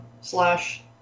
slash